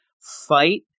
fight